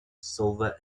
silver